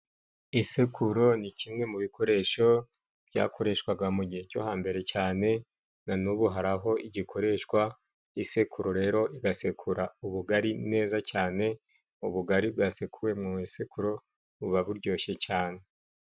Isekururo ni kimwe mu bikoresho byakoreshwaga mu gihe cyo hambere cyane, na nubu hari aho igikoreshwa, iyi sekuru rero igasekura ubugari neza cyane, ubugari bwasekuwe mu isekuro, buba buryoshye cyane.